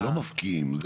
לא מפקיעים.